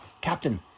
Captain